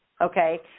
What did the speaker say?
Okay